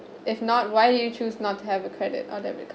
if not why did you choose not to have a credit or debit